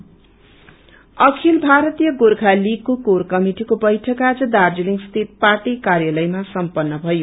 ABGL Akhil Bharatiya Gorkha लीगको core कमिटिको बैठक आज दार्जीलिङस्थित पार्टी काय्पलयमा सम्पन्न भयो